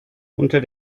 unter